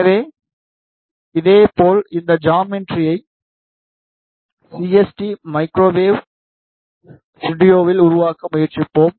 எனவே இதேபோல் இந்த ஜாமெட்ரியை சிஎஸ்டி மைக்ரோவேவ் ஸ்டுடியோவில் உருவாக்க முயற்சிப்போம்